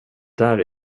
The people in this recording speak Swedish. där